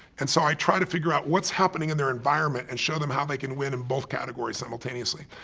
and so i try to figure out what's happening in their environment and show them how they can win in both categories simultaneously.